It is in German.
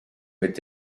mit